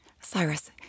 Cyrus